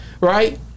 right